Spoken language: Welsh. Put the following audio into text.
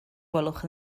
gwelwch